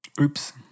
Oops